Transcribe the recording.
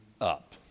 up